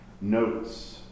notes